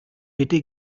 bitte